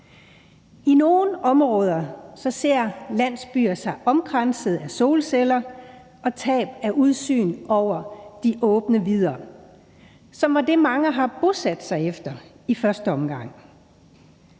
I nogle områder ser landsbyer sig omkranset af solceller og tab af udsyn over de åbne vidder, som var det, mange har bosat sig efter i første omgang.